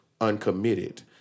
uncommitted